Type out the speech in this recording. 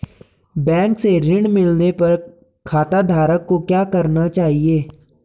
Bank से ऋण मिलने पर खाताधारक को क्या करना चाहिए?